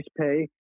pay